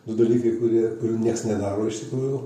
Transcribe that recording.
du dalykai kurie kurių nieks nedaro iš tikrųjų